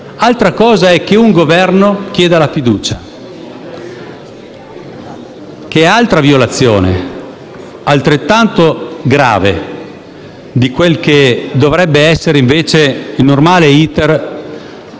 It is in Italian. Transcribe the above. altra cosa è che un Governo chieda la fiducia, che è altra violazione, altrettanto grave di quello che dovrebbe essere, invece, il normale